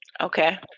Okay